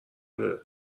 داره